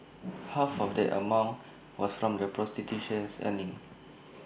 half of that amount was from the prostitutions earnings